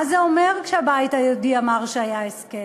מה זה אומר, כשהבית היהודי אמר שהיה הסכם?